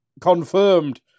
confirmed